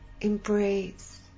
embrace